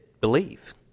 believe